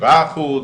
שבעה אחוז,